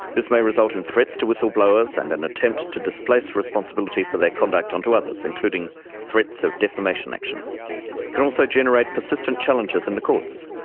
this may result in threats to whistleblowers and an attempt to displace responsibility for their conduct onto others, including threats of defamation action. it can also generate persistent challenges in the courts,